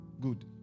Good